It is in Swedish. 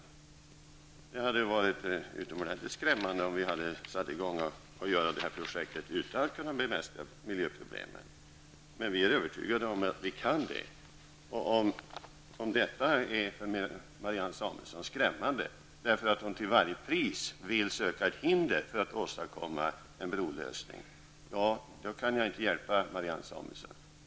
Det hade varit utomordentligt skrämmande om vi börjat genomföra projektet utan att kunna bemästra miljöproblemen, men vi är övertygade om att vi kan göra det. Om detta är någonting skrämmande för Marianne Samuelsson, eftersom hon till varje pris vill söka finna ett hinder för att åstadkomma en brolösning, kan jag inte hjälpa henne.